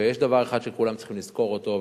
ויש דבר אחד שכולם צריכים לזכור אותו,